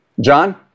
John